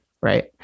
right